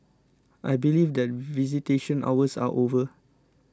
I believe that visitation hours are over